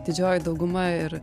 didžioji dauguma ir